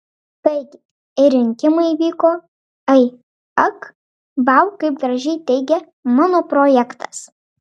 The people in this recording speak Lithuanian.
taigi ir rinkimai įvyko ai ak vau kaip gražiai teigia mano projektas